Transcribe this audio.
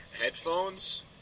Headphones